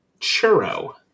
Churro